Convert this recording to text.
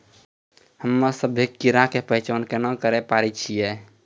हम्मे सभ्भे कीड़ा के पहचान केना करे पाड़ै छियै?